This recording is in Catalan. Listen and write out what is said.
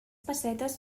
pessetes